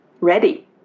ready